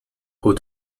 who